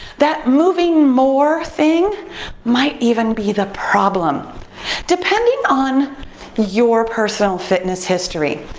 that moving more thing might even be the problem depending on your personal fitness history.